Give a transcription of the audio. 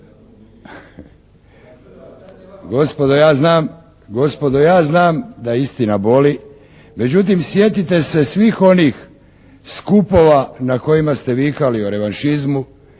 gospodo ja znam da istina boli. Međutim, sjetite se svih onih skupova na kojima ste vikali o revanšizmu.